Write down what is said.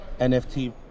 NFT